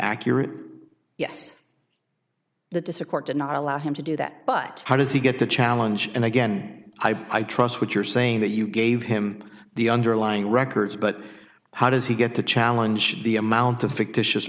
accurate yes the to support did not allow him to do that but how does he get the challenge and again i trust what you're saying that you gave him the underlying records but how does he get to challenge the amount of fictitious